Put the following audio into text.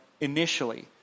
initially